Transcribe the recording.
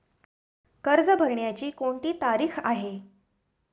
कर्ज भरण्याची कोणती तारीख आहे?